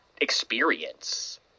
experience